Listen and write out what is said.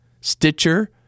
Stitcher